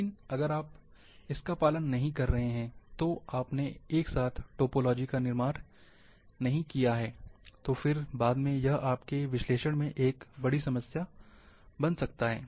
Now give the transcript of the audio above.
लेकिन अगर आप इसका पालन नहीं कर रहे हैं और आपने एक साथ टोपोलॉजी का निर्माण नहीं किया है तो फिर बाद में यह आपके विश्लेषण में एक बड़ी समस्या बन सकता है